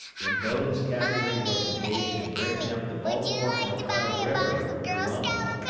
imobden's cavalry was engaged in breaking up the baltimore and ohio railroad near romney,